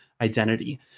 identity